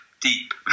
deep